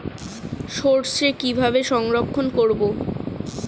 সরষে কিভাবে সংরক্ষণ করব?